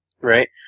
right